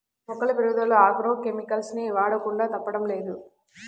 మొక్కల పెరుగుదల agro chemicals ని వాడకుండా తప్పడం లేదు